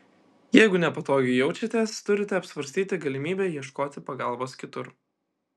jeigu nepatogiai jaučiatės turite apsvarstyti galimybę ieškoti pagalbos kitur